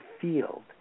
field